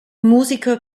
musiker